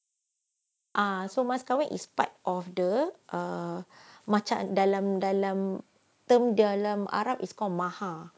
ah so mas kahwin is part of the err macam dalam dalam term dia dalam arab is called maha